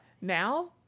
now